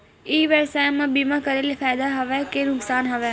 ई व्यवसाय म बीमा करे ले फ़ायदा हवय के नुकसान हवय?